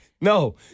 No